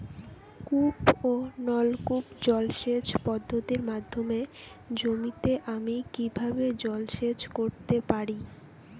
কূপ ও নলকূপ জলসেচ পদ্ধতির মাধ্যমে জমিতে আমি কীভাবে জলসেচ করতে পারি?